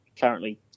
currently